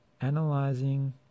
analyzing